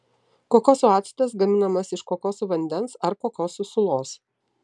kokosų actas gaminamas iš kokosų vandens ar kokosų sulos